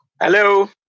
Hello